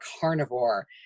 carnivore